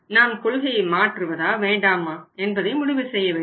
நாம் கொள்கையை மாற்றுவதா வேண்டாமா என்பதை முடிவு செய்ய வேண்டும்